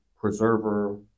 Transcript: preserver